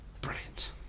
Brilliant